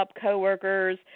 co-workers